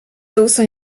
also